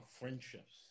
friendships